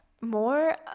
more